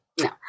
no